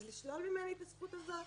אז לשלול ממני את הזכות הזאת,